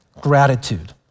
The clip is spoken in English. gratitude